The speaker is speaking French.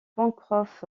pencroff